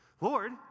Lord